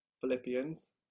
Philippians